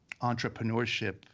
entrepreneurship